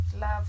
love